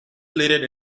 platted